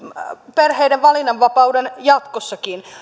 perheiden valinnanvapauden jatkossakin